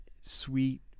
Sweet